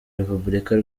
republika